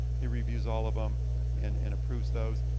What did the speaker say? he reviews all of them and and approves those.